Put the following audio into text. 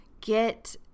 Get